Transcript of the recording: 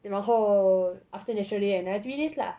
然后 after national day another three days lah